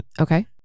Okay